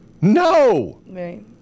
No